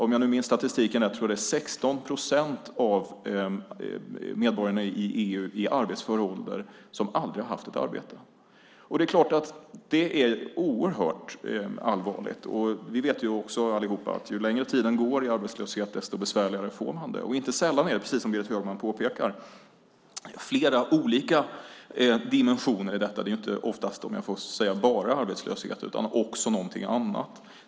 Om jag nu minns statistiken rätt har 16 procent av EU-medborgarna i arbetsför ålder aldrig haft ett arbete. Det är klart att det är oerhört allvarligt, och vi vet också allihop att ju längre tiden går i arbetslöshet desto besvärligare får man det. Inte sällan är det, precis som Berit Högman påpekar, flera olika dimensioner i detta. Det är inte oftast, om jag så får säga, bara arbetslöshet, utan det är också något annat.